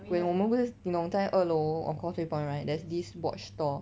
when 我们不是你懂在二楼 of Causeway point right there's this watch store